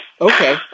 Okay